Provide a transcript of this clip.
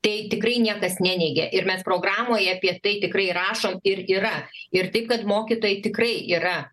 tai tikrai niekas neneigė ir mes programoje apie tai tikrai rašom ir yra ir taip kad mokytojai tikrai yra